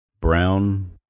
brown